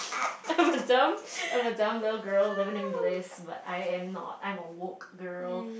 I'm a dumb I'm a dumb little girl living in bliss but I am not I'm a woke girl